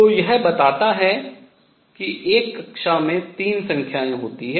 तो यह बताता है कि एक कक्षा में 3 संख्याएं होती हैं